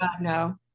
no